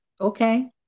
okay